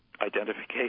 identification